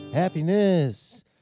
Happiness